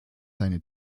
seine